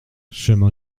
chemin